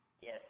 Yes